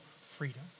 freedom